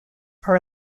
are